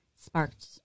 sparked